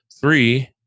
Three